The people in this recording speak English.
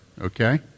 okay